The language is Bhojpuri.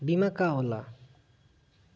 बीमा का होला?